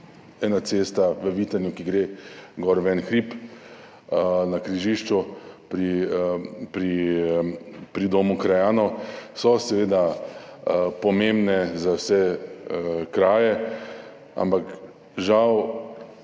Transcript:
ena cesta v Vitanju, ki gre gor v en hrib, na križišču pri domu krajanov, so seveda pomembni za vse kraje. Ampak žal,